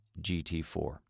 GT4